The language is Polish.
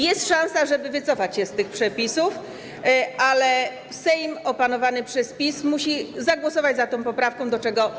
Jest szansa, żeby wycofać się z tych przepisów, ale Sejm opanowany przez PiS musi zagłosować za tą poprawką, do czego zachęcam.